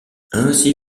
ainsi